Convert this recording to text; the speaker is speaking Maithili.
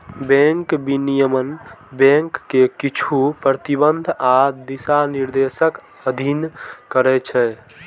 बैंक विनियमन बैंक कें किछु प्रतिबंध आ दिशानिर्देशक अधीन करै छै